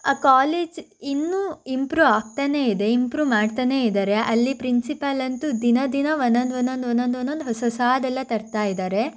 ಆ ಕಾಲೇಜ್ ಇನ್ನೂ ಇಂಪ್ರೂವ್ ಆಗ್ತಾನೇ ಇದೆ ಇಂಪ್ರೂವ್ ಮಾಡ್ತಾನೇ ಇದ್ದಾರೆ ಅಲ್ಲಿ ಪ್ರಿನ್ಸಿಪಾಲ್ ಅಂತೂ ದಿನ ದಿನ ಒಂದೊಂದು ಒಂದೊಂದು ಒಂದೊಂದು ಒಂದೊಂದು ಹೊಸ ಹೊಸದೆಲ್ಲ ತರ್ತಾ ಇದ್ದಾರೆ